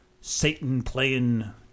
Satan-playing